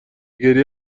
گریه